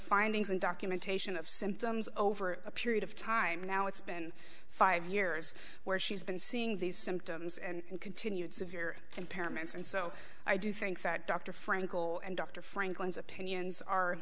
findings and documentation of symptoms over a period of time now it's been five years where she's been seeing these symptoms and continued severe impairments and so i do think that dr frankel and dr franklin's opinions are